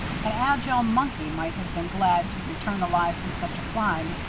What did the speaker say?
an agile monkey might have been glad to return alive from such a climb,